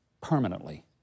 permanently